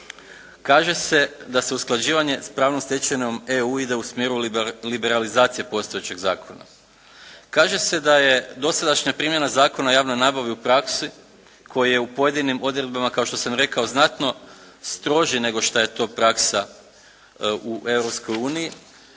kaže se da se usklađivanje s pravnom stečevinom EU ide u smjeru liberalizacije postojećeg zakona. Kaže se da je dosadašnja primjena Zakona o javnoj nabavi u praksi koji je u pojedinim odredbama kao što sam rekao znatno stroži nego što je to praksa u